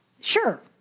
Sure